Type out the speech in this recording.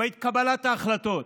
בקבלת ההחלטות.